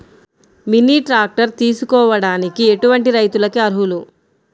Mini tractor తీసుకోవడానికి ఎటువంటి రైతులకి అర్హులు?